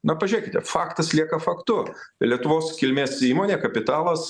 na pažiūrėkite faktas lieka faktu lietuvos kilmės įmonė kapitalas